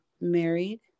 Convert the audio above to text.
married